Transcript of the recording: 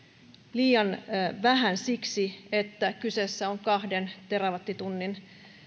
liian vähän siksi että kyseessä on kahden terawattitunnin